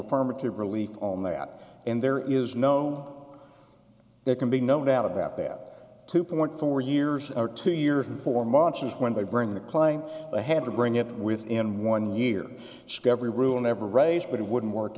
affirmative relief on that and there is no there can be no doubt about that two point four years or two years before mancini when they bring the claim they have to bring it within one year scary rule never raised but it wouldn't work